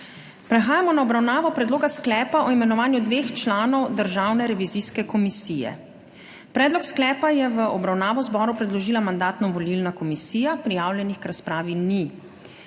Prehajamo na obravnavo Predloga sklepa o imenovanju dveh članov Državne revizijske komisije. Predlog sklepa je v obravnavo zboru predložila Mandatno-volilna komisija. Prijavljenih k razpravi ni.